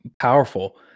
powerful